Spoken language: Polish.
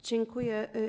Dziękuję.